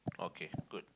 okay good